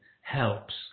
helps